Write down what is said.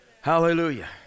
hallelujah